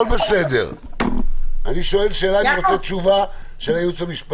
לא מותרת כל התקהלות של 10 אנשים.